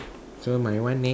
so my one next